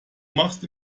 machst